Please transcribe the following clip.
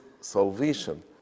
salvation